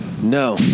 No